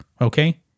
Okay